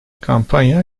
kampanya